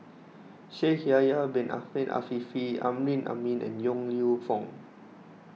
Shaikh Yahya Bin Ahmed Afifi Amrin Amin and Yong Lew Foong